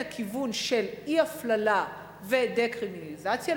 הכיוון של אי-הפללה ודה-קרימינליזציה,